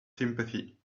sympathy